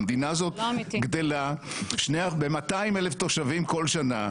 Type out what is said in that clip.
והמדינה הזאת גדלה ב-200,000 תושבים כל שנה,